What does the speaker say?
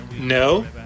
No